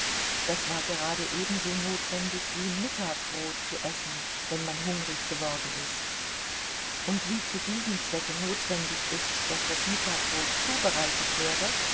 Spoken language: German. das war gerade ebenso notwendig wie mittagbrot zu essen wenn man hungrig geworden ist und wie zu diesem zwecke notwendig ist daß das mittagbrot zubereitet werde